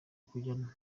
kujyamo